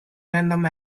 random